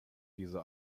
diese